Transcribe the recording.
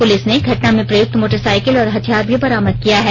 police ने घटना में प्रयुक्त मोटरसाइंकिल और हथियार भी बरामद किया है